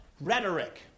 rhetoric